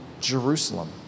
Jerusalem